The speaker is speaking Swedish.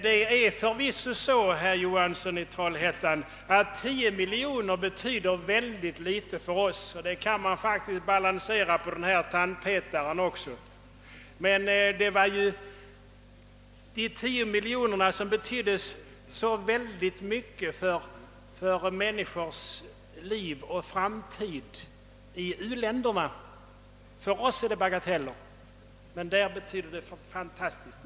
Det är så, herr Johansson i Trollhättan, att 10 miljoner betyder ganska litet för oss — det beloppet kan man balansera på en tandpetare — medan de 10 miljonerna kan betyda oerhört mycket för människors liv och framtid i u-länderna. För oss är dessa pengar en bagatell, men där betyder de fantastiskt.